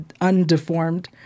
undeformed